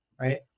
right